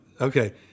Okay